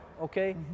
okay